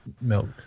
milk